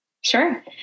Sure